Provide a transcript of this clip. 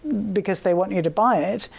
because they want you to buy it,